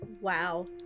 Wow